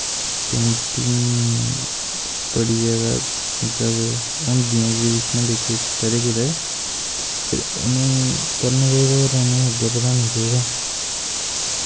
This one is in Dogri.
पेंटिंग बड़ी जादा होंदियां ऐगज़िविशनां कदैं कदैं बिच्च बिच्च ते उ'नेंगी करनां चाही दा और अग्गैं बधाना चाही दा